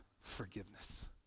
forgiveness